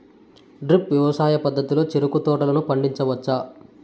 drip వ్యవసాయ పద్ధతిలో చెరుకు తోటలను పండించవచ్చా